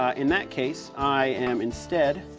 ah in that case i am instead